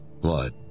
blood